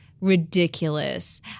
ridiculous